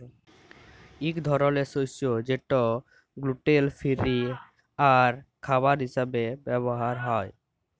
ইক ধরলের শস্য যেট গ্লুটেল ফিরি আর খাবার হিসাবে ব্যাভার হ্যয়